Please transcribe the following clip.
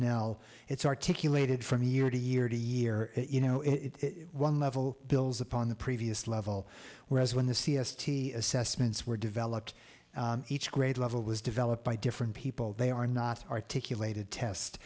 l it's articulated from year to year to year you know it's one level builds upon the previous level whereas when the c s t assessments were developed each grade level was developed by different people they are not articulated test